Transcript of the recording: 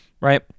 right